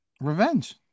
revenge